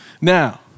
Now